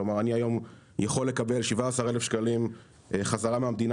כלומר אני היום יכול לקבל 17,000 שקלים חזרה מהמדינה